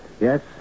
Yes